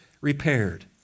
repaired